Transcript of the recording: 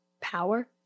power